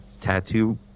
tattoo